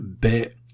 bit